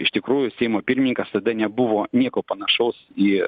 iš tikrųjų seimo pirmininkas tada nebuvo nieko panašaus į